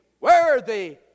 Worthy